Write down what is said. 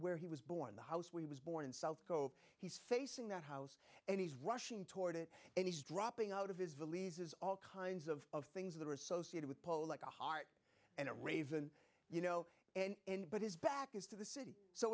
where he was born the house where he was born in south go he's facing that house and he's rushing toward it and he's dropping out of his valise is all kinds of things that are associated with pole like a heart and a raven you know and but his back is to the city so